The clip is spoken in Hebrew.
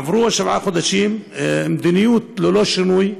עברו שבעה חודשים, המדיניות ללא שינוי,